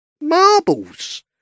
marbles